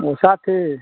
ओ साथे